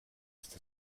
ist